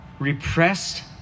Repressed